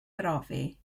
brofi